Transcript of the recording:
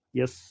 yes